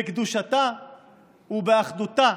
בקדושתה ובאחדותה